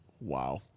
Wow